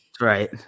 Right